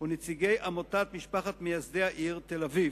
ונציגי עמותת משפחות מייסדי העיר תל-אביב.